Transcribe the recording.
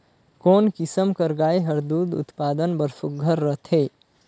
कोन किसम कर गाय हर दूध उत्पादन बर सुघ्घर रथे?